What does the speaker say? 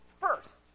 First